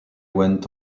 went